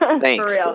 Thanks